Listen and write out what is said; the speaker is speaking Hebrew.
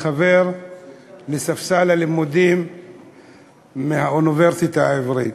על חבר מספסל הלימודים באוניברסיטה העברית.